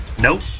Nope